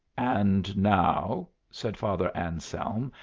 and now, said father anselm,